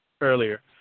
earlier